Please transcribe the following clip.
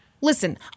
Listen